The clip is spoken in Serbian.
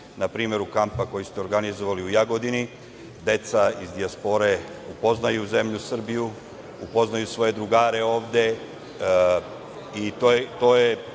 na primeru kampa koji ste organizovali u Jagodini. Deca iz dijaspore upoznaju zemlju Srbiju, upoznaju svoje drugare ovde i to je